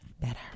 better